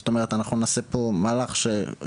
זאת אומרת אנחנו נעשה פה מהלך שיאפשר.